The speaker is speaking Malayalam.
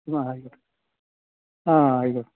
എന്നാൽ ആയിക്കോട്ടെ ആ ആയിക്കോട്ടെ